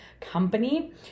company